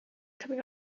coming